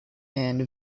and